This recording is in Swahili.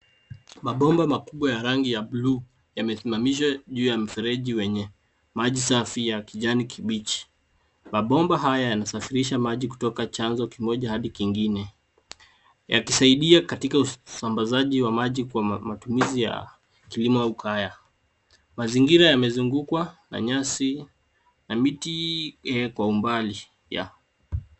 Mabomba makubwa ya rangi ya blue yamesimamishwa juu ya mfereji wenye maji safi ya kijani kibichi .Mabomba haya yanasafirisha maji kutoka chanzo kimoja hadi kingine .Yakisaidia katika usambazaji wa maji kwa matumizi ya kilimo au kaya. Mazingira yamezungukwa na nyasi, na miti kwa umbali.